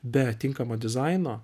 be tinkamo dizaino